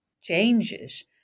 changes